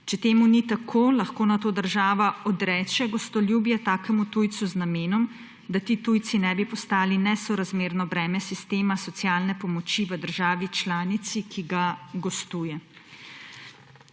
Če temu ni tako, lahko država odreče gostoljubje takemu tujcu z namenom, da ti tujci ne bi postali nesorazmerno breme sistema socialne pomoči v državi članici, kjer gostuje.